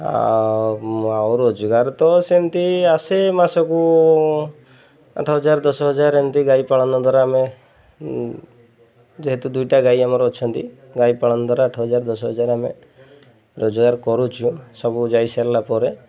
ଆଉ ଆଉ ରୋଜଗାର ତ ସେମିତି ଆସେ ମାସକୁ ଆଠ ହଜାର ଦଶ ହଜାର ଏମିତି ଗାଈ ପାଳନ ଦ୍ୱାରା ଆମେ ଯେହେତୁ ଦୁଇଟା ଗାଈ ଆମର ଅଛନ୍ତି ଗାଈ ପାଳନ ଦ୍ୱାରା ଆଠ ହଜାର ଦଶ ହଜାର ଆମେ ରୋଜଗାର କରୁଛୁ ସବୁ ଯାଇସାରିଲା ପରେ